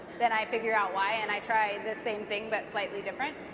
then i figure out why and i try the same thing but slightly different.